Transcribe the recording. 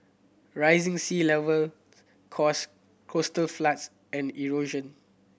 rising sea level cause coastal floods and erosion